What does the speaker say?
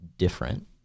different